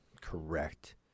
correct